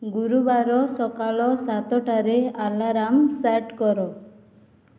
ଗୁରୁବାର ସକାଳ ସାତଟାରେ ଆଲାର୍ମ ସେଟ୍ କର